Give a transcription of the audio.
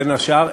בין השאר,